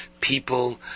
people